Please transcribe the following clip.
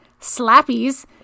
Slappies